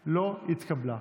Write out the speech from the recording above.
המשותפת לסעיף 33 לא נתקבלה.